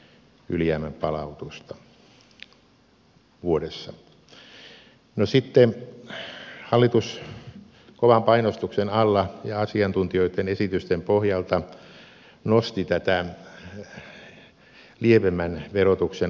no sitten hallitus kovan painostuksen alla ja asiantuntijoitten esitysten pohjalta nosti tätä lievemmän verotuksen rajaa